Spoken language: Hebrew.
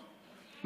עדיפויות,